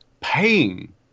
paying